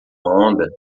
onda